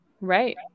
Right